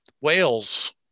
whales